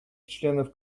членов